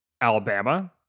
Alabama